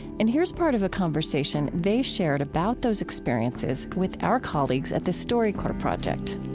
and here's part of a conversation they shared about those experiences with our colleagues at the storycorps project